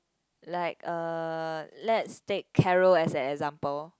like uh let's take Carol as a example